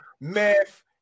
math